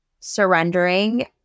surrendering